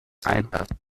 einlassen